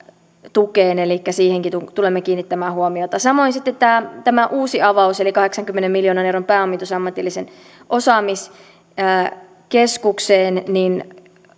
tukeen elikkä siihenkin tulemme kiinnittämään huomiota samoin tämä tämä uusi avaus eli kahdeksankymmenen miljoonan euron pääomitus ammatilliseen osaamiskeskukseen